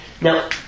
now